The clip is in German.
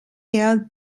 herrn